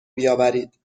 بیاورید